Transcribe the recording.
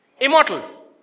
immortal